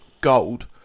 gold